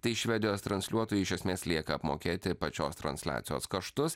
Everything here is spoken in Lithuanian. tai švedijos transliuotojui iš esmės lieka apmokėti pačios transliacijos kaštus